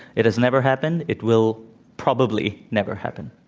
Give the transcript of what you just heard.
it has never happened. it will probably never happen.